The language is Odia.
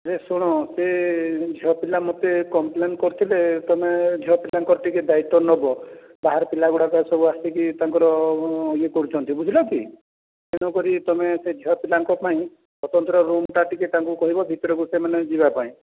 ଏ ଶୁଣ ସେ ଝିଅପିଲା ମୋତେ କମ୍ପଲେନ୍ କରିଥିଲେ ତମେ ଝିଅ ପିଲାଙ୍କର ଟିକିଏ ଦାୟିତ୍ୱ ନେବ ବାହାର ପିଲା ଗୁଡ଼ାକ ସବୁ ଆସିକି ତାଙ୍କର ଇଏ କରୁଛନ୍ତି ବୁଝିଲ କି ତେଣୁ କରି ତମେ ସେ ଝିଅପିଲାଙ୍କ ପାଇଁ ସ୍ୱତନ୍ତ୍ର ରୁମ୍ଟା ଟିକିଏ ତାଙ୍କୁ କହିବ ଭିତରକୁ ସେମାନେ ଯିବାପାଇଁ